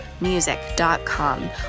music.com